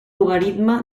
logaritme